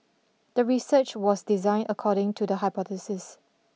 the research was designed according to the hypothesis